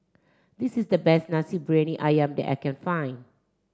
this is the best Nasi Briyani Ayam that I can find